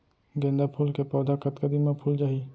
गेंदा फूल के पौधा कतका दिन मा फुल जाही?